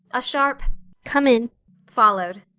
a sharp come in followed.